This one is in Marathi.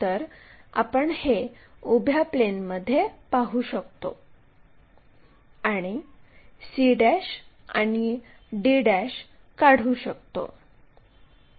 तर आपण हे उभ्या प्लेनमध्ये पाहू शकतो आणि c आणि d काढू शकतो